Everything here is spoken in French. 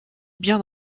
bien